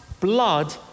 blood